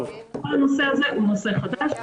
כל הנושא הזה הוא נושא חדש.